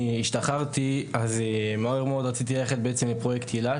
השתחררתי מהר מאוד רציתי ללכת לפרויקט הילה,